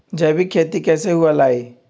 जैविक खेती कैसे हुआ लाई?